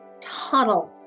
tunnel